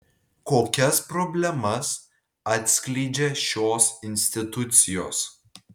kokias problemas atskleidžią šios institucijos